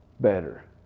better